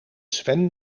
sven